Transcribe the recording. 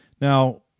Now